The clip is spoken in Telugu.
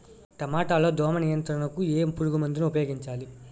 టమాటా లో దోమ నియంత్రణకు ఏ పురుగుమందును ఉపయోగించాలి?